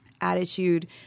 attitude